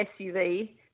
SUV